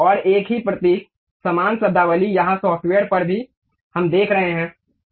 और एक ही प्रतीक समान शब्दावली यहाँ सॉफ्टवेयर पर भी हम देख रहे हैं